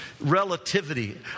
relativity